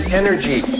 energy